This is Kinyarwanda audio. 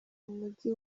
mujyi